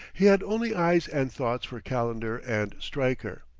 he had only eyes and thoughts for calendar and stryker.